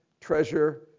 treasure